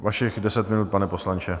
Vašich deset minut, pane poslanče.